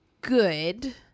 good